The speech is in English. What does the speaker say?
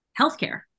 healthcare